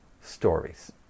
stories